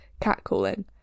catcalling